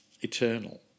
eternal